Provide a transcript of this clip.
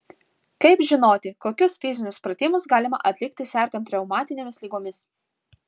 kaip žinoti kokius fizinius pratimus galima atlikti sergant reumatinėmis ligomis